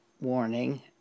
warning